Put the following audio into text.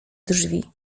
drzwi